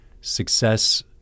success